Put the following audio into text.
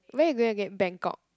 where you going again Bangkok